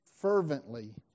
fervently